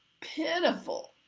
pitiful